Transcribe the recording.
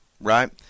right